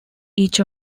each